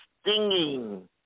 stinging